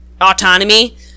autonomy